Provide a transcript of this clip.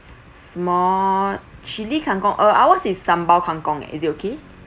small chilli kangkong uh our is sambal kangkong is it okay